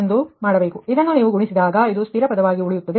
ನೀವು ಇದನ್ನು ಗುಣಿಸಿದಾಗ ಇದು ಸ್ಥಿರ ಪದವಾಗಿ ಉಳಿಯುತ್ತದೆ